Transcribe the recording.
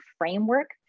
framework